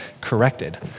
corrected